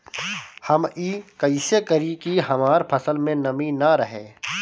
हम ई कइसे करी की हमार फसल में नमी ना रहे?